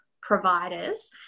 providers